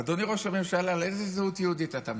אדוני ראש הממשלה, על איזו זהות יהודית אתה מדבר?